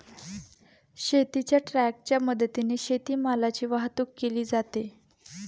शेतीच्या ट्रकच्या मदतीने शेतीमालाची वाहतूक केली जाते